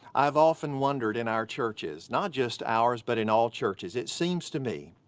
i've often wondered in our churches, not just ours but in all churches, it seems to me,